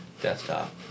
desktop